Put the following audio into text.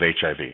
HIV